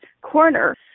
corner